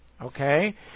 Okay